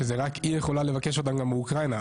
רק היא יכולה לבקש אותם באוקראינה,